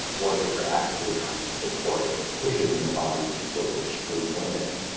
or if you're you're actively trying to support pushing the body to sort of extreme limits.